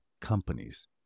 companies